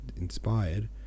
inspired